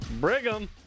Brigham